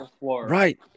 Right